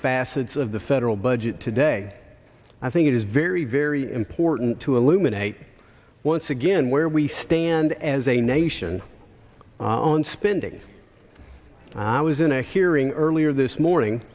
facets of the federal budget today i think it is very very important to eliminate once again where we stand as a nation on spending i was in a hearing earlier this morning